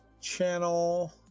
channel